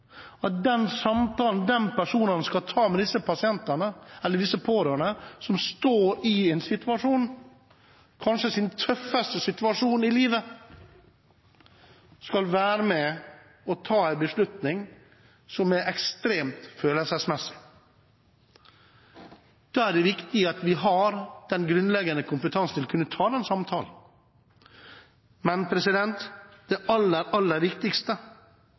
den samtalen den personen skal ta med disse pårørende som står i en situasjon, kanskje den tøffeste situasjon i deres liv, og skal være med og ta en beslutning som er ekstremt følelsesmessig. Da er det viktig at man har den grunnleggende kompetansen til å kunne ta den samtalen. Men det aller, aller viktigste